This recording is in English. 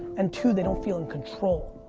and two, they don't feel in control.